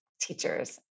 teachers